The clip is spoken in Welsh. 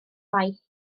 faith